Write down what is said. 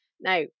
Now